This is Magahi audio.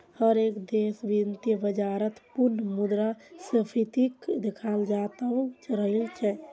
हर एक देशत वित्तीय बाजारत पुनः मुद्रा स्फीतीक देखाल जातअ राहिल छे